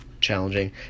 challenging